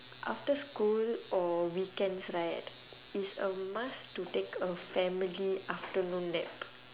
after school or weekends right is a must to take a family afternoon nap